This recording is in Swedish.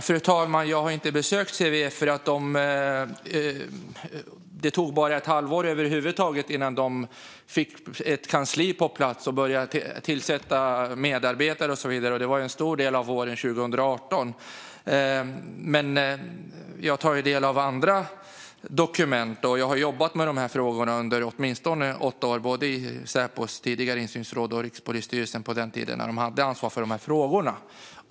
Fru talman! Jag har inte besökt CVE, för det tog ett halvår, en stor del av våren 2018, innan de över huvud taget fick ett kansli på plats, började anställa medarbetare och så vidare. Men jag tar del av dokument och har jobbat med de här frågorna under åtminstone åtta år, både i Säpos tidigare insynsråd och i Rikspolisstyrelsen, på den tiden då de hade ansvar för de här frågorna.